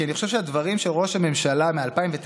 כי אני חושב שהדברים של ראש הממשלה מ-2009